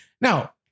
Now